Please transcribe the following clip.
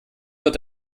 wird